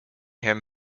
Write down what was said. him